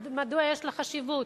מדוע יש לה חשיבות,